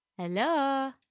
hello